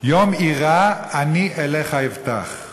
"יום אירא אני אליך אבטח";